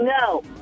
No